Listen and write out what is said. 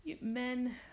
men